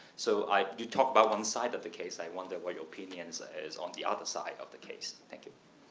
so you do talk about one side of the case, i wonder what your opinion is is on the other side of the case? thank you.